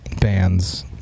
bands